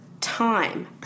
time